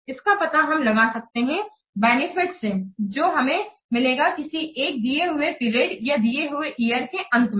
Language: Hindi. इसका पता हम लगा सकते हैं बेनिफिट्स से जो हमें मिलेगा किसी एक दिए हुए पीरियडया दिए हुए ईयर के अंत में